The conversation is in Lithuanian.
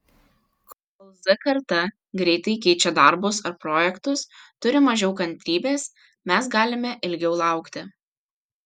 kol z karta greitai keičia darbus ar projektus turi mažiau kantrybės mes galime ilgiau laukti